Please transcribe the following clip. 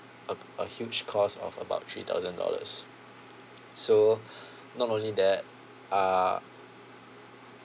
uh a huge cost of about three thousand dollars so not only that uh